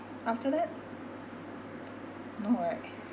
after that no right